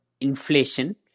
inflation